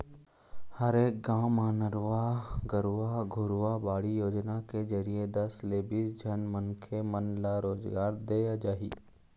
हरेक गाँव म नरूवा, गरूवा, घुरूवा, बाड़ी योजना के जरिए दस ले बीस झन मनखे मन ल रोजगार देय जाही